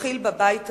מתחיל בבית הזה.